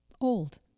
old